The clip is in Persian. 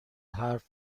حرف